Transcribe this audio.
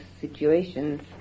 situations